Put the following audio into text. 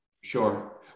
Sure